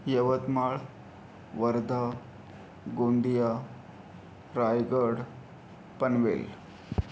Yavatmal Wardha Gondia Raigad Panvel